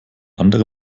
andere